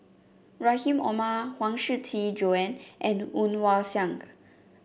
Rahim Omar Huang Shiqi Joan and Woon Wah Siang